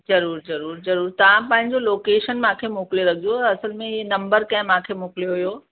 ज़रूरु ज़रूरु ज़रूरु तव्हां पंहिंजो लोकेशन मूंखे मोकिले रखिजो असुल में इहे नम्बर कंहिं मूंखे मोकिलियो हुओ